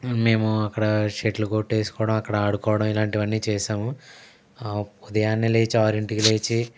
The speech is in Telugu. మేము అక్కడ షటిల్ కోర్ట్ వేసుకోవడం అక్కడ ఆడుకోవడం ఇలాంటివన్నీ చేసాము ఉదయాన్నే లేచి ఆరింటికి లేచి